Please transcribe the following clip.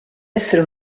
essere